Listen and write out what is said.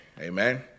Amen